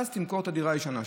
ואז: תמכור את הדירה הישנה שלך.